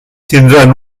tindran